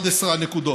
11 הנקודות.